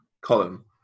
column